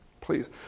Please